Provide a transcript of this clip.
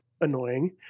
annoying